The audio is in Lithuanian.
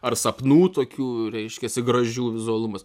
ar sapnų tokių reiškiasi gražių vizualumas